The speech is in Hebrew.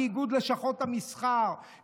מאיגוד לשכות המסחר,